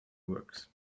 works